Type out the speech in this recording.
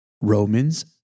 Romans